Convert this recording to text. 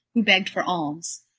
who begged for alms.